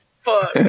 fuck